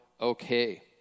Okay